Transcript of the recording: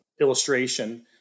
illustration